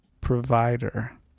Provider